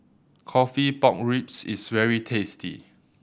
coffee pork ribs is very tasty